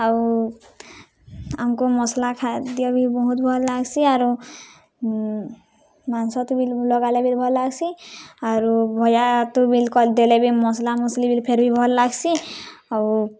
ଆଉ ଆମ୍କୁ ମସ୍ଲା ଖାଦ୍ୟ ବି ବହୁତ୍ ଭଲ ଲାଗ୍ସି ଆରୁ ମାଂସ ଥି ବି ଲଗାଲେ ବି ଭଲ୍ ଲାଗ୍ସି ଆରୁ ଭଜା ଥୁ ବି ଦେଲେ ବି ମସ୍ଲାମସ୍ଲି ବି ଫେର୍ ବି ଭଲ୍ ଲାଗ୍ସି ଆଉ